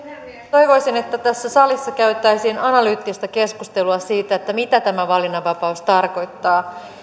toivoisin että tässä salissa käytäisiin analyyttistä keskustelua siitä mitä tämä valinnanvapaus tarkoittaa